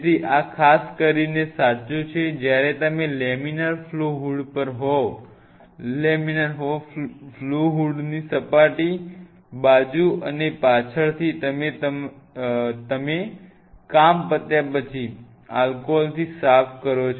તેથી આ ખાસ કરીને સાચું છે જ્યારે તમે લેમિનાર ફ્લો હૂડ પર હોવ તો લેમિનાર ફ્લો હૂડની સપાટી બાજુ અને પાછળથી તમે કામ પત્યા પછી આલ્કોહોલથી સાફ કરો